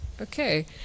Okay